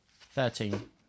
Thirteen